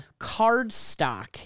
Cardstock